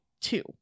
two